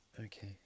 Okay